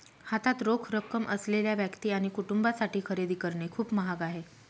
हातात रोख रक्कम असलेल्या व्यक्ती आणि कुटुंबांसाठी खरेदी करणे खूप महाग आहे